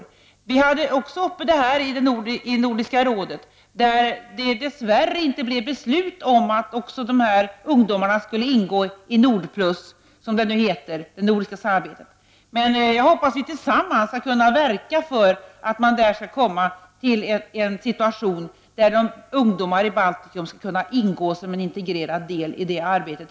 Detta togs också upp i Nordiska rådet, där det dess värre inte fattades något beslut om att dessa ungdomar skulle ingå i Nordplus, som det nordiska samarbetet nu heter, men jag hoppas att vi tillsammans skall kunna verka för att situationen blir sådan att ungdomar från Baltikum kan ingå som en integrerad del i det arbetet.